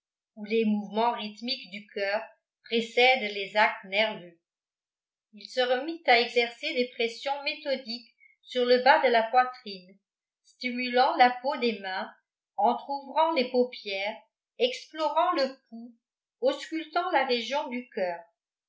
où les mouvements rythmiques du coeur précèdent les actes nerveux il se remit à exercer des pressions méthodiques sur le bas de la poitrine stimulant la peau des mains entr'ouvrant les paupières explorant le pouls auscultant la région du coeur